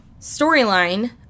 storyline